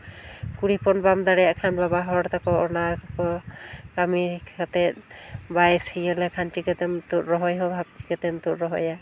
ᱠᱩᱲᱤ ᱦᱚᱯᱚᱱ ᱵᱟᱢ ᱫᱟᱲᱮᱭᱟᱜ ᱠᱷᱟᱱ ᱵᱟᱵᱟ ᱦᱚᱲ ᱛᱟᱠᱚ ᱚᱱᱟ ᱠᱟᱹᱢᱤ ᱠᱟᱛᱮ ᱵᱟᱭ ᱥᱤ ᱞᱮᱠᱷᱟᱱ ᱪᱤᱠᱟᱹᱛᱮᱢ ᱛᱩᱫ ᱨᱚᱦᱚᱭ ᱦᱚᱸ ᱪᱤᱠᱟᱹᱛᱮᱢ ᱛᱩᱫ ᱨᱚᱦᱚᱭᱟ